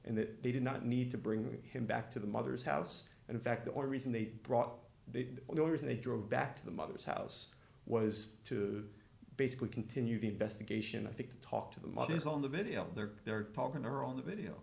and that they did not need to bring him back to the mother's house and in fact the reason they brought the owners in they drove back to the mother's house was to basically continue the investigation i think to talk to the mothers on the video there they're talking to her on the video